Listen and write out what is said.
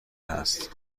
هست